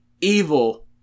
Evil